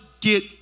get